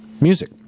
music